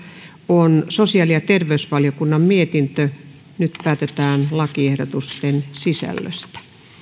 on sosiaali ja terveysvaliokunnan mietintö yhdeksäntoista nyt päätetään lakiehdotusten sisällöstä